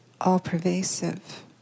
all-pervasive